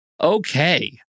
Okay